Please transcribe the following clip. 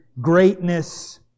greatness